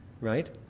right